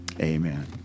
Amen